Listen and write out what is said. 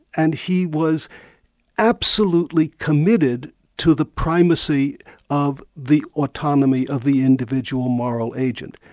and he was absolutely committed to the primacy of the autonomy of the individual moral agent.